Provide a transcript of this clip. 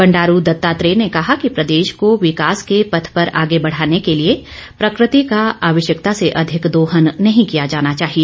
बंडारू दत्तांत्रेय ने कहा कि प्रदेश को विकास के पथ पर आगे बढाने के लिए प्रकृति का आवश्यकता से अधिक दोहन नहीं किया जाना चाहिए